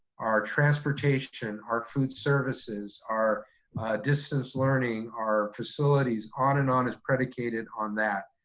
our transportation, our food services, our distance learning, our facilities, on and on, is predicated on that.